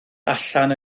allan